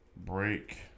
break